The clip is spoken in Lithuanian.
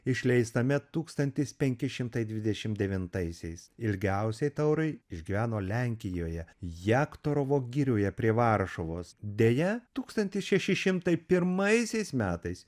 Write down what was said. išleistame tūkstantis penki šimtai dvidešim devintaisiais ilgiausiai taurai išgyveno lenkijoje jaktorovo girioje prie varšuvos deja tūkstantis šeši šimtai pirmaisiais metais